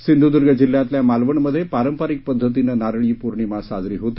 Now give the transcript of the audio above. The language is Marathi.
सिंधुदुर्ग जिल्ह्यातल्या मालवणमध्ये पारंपरिक पद्धतीनं नारळी पौर्णिमा साजरी होते